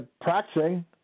practicing